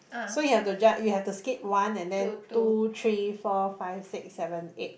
so you have to ju~ you have to skip one and then two three four five six seven eight